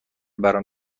برام